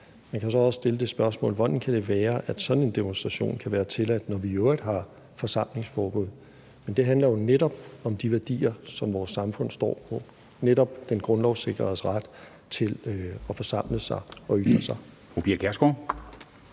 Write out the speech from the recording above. Man kan så også stille det spørgsmål: Hvordan kan det være, at sådan en demonstration kan være tilladt, når vi i øvrigt har forsamlingsforbud? Men det handler jo netop om de værdier, som vores samfund står på, altså den grundlovssikrede ret til at forsamle sig og ytre sig.